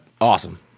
awesome